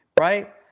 right